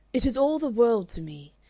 it is all the world to me.